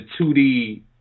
2d